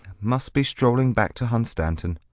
must be strolling back to hunstanton.